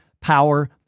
power